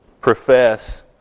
profess